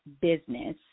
business